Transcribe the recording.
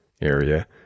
area